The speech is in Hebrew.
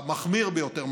המחמיר ביותר,